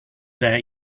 that